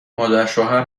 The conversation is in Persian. مادرشوهر